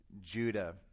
Judah